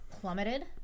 plummeted